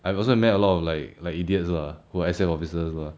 I have also met a lot of like like idiots lah who accept officers lah